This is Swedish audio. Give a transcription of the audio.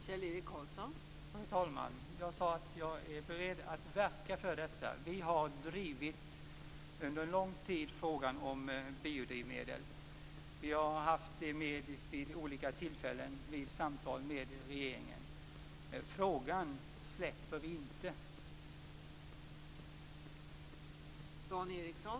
Fru talman! Jag sade att jag är beredd att verka för detta. Vi har under lång tid drivit frågan om biodrivmedel. Vi har haft den uppe vid olika tillfällen i samtal med regeringen. Vi släpper inte den frågan.